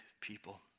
people